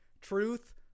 Truth